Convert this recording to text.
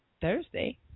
Thursday